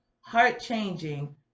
heart-changing